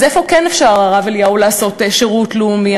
אז איפה כן אפשר, הרב אליהו, לעשות שירות לאומי?